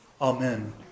Amen